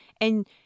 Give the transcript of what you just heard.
And-